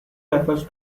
refers